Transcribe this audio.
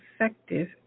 Effective